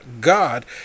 God